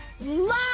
love